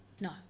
No